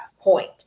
point